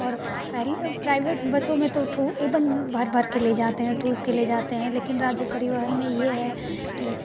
और प्राइवेट बसों में तो एकदम भर भर कर ले जाते हैं ठूँस कर ले जाते हैं लेकिन राज्य परिवहन में ये है की